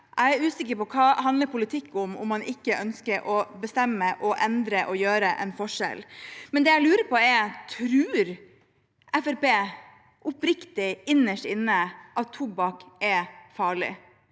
Jeg er usikker på hva politikk handler om, om man ikke ønsker å bestemme og endre og gjøre en forskjell. Men det jeg lurer på, er: Tror Fremskrittspartiet oppriktig, innerst inne, at tobakk er farlig?